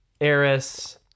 Eris